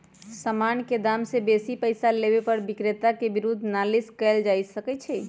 समान के दाम से बेशी पइसा लेबे पर विक्रेता के विरुद्ध नालिश कएल जा सकइ छइ